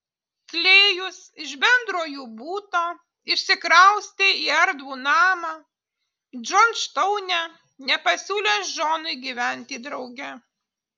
klėjus iš bendro jų buto išsikraustė į erdvų namą džordžtaune nepasiūlęs džonui gyventi drauge